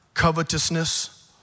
covetousness